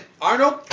Arnold